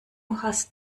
hast